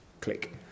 click